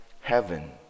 heaven